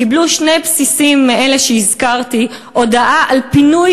קיבלו שני בסיסים מאלה שהזכרתי הודעה על פינוי